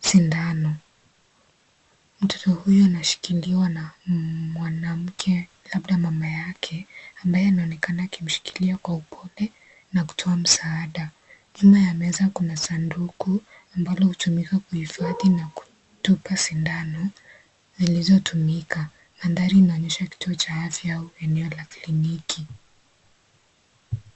sindano , mtoto huyo anashikiliwa na mwanamke labda mama yake ambaye anaonekana kumshikilia kwa upole na kutoa msaada nyuma ya meza kuna sanduku ambalo hutumika kuhifandi au kutupa sindano zilizotumika. Mandhari inaonyesha kituo cha afya au eneo la kliniki.